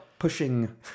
pushing